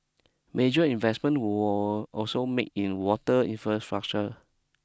major investment were also made in water infrastructure